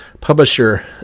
Publisher